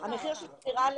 המחיר של דירה,